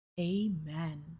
Amen